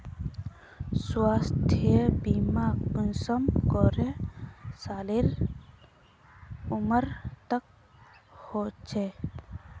स्वास्थ्य बीमा कुंसम करे सालेर उमर तक होचए?